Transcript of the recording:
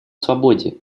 свободе